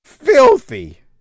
filthy